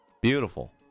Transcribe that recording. Beautiful